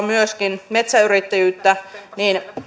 myöskin metsäyrittäjyyttä saadaan ammattimaistettua niin